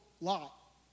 Lot